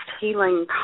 healing